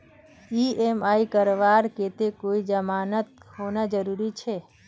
EMI करवार केते कोई जमानत होना जरूरी छे?